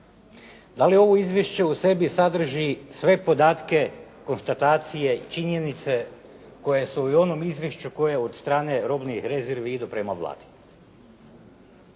Da li ovo izvješće u sebi sadrži sve podatke, konstatacije i činjenice koje su u onom izvješću koje od strane robnih rezervi idu prema Vladi?